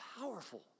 powerful